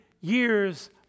years